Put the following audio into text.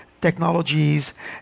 technologies